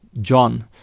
John